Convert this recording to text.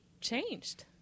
changed